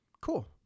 cool